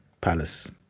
palace